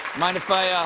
mind if i ah